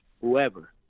whoever